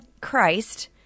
Christ